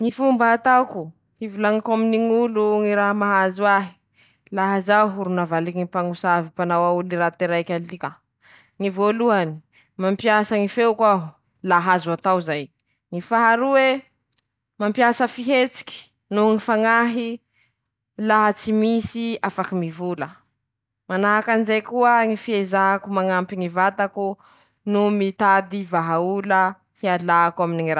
Sahala amizao koa ñy tohiny ñy rehadrehaky mañaraky toy eee:-" Hainao avao aza lahy yyyyy ñy mamalifaly ahy, ndra zaho ro malahelo manao akory la hainao avao ñy raha mampihehihehy ahy.